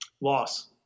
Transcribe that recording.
Loss